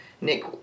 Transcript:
Nick